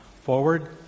forward